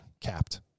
capped